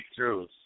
breakthroughs